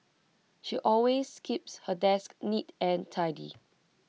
she always keeps her desk neat and tidy